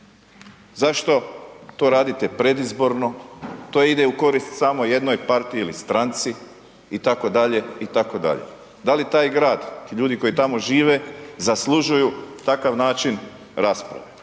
„zašto to radite predizborno“, „to ide u korist samo jednoj partiji ili stranci“ itd. itd. Da li taj grad, ti ljudi koji tamo žive, zaslužuju takav način rasprave?